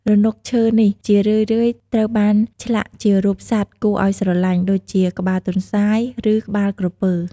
រនុកឈើនេះជារឿយៗត្រូវបានឆ្លាក់ជារូបសត្វគួរឲ្យស្រឡាញ់ ដូចជាក្បាលទន្សាយ ឬក្បាលក្រពើ។